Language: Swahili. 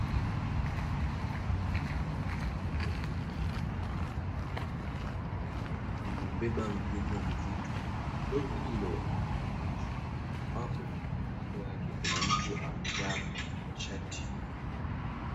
Lori likubwa la kubebea mizigo aina ya trela ambapo limebeba mzigo mzito na lori hilo limeegeshwa ambapo kando yake kuna mtu amevaa shati nyeupe.